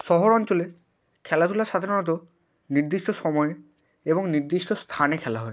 শহর অঞ্চলে খেলাধুলা সাধারণত নির্দিষ্ট সময়ে এবং নির্দিষ্ট স্থানে খেলা হয়